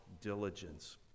diligence